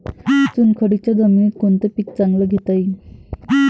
चुनखडीच्या जमीनीत कोनतं पीक चांगलं घेता येईन?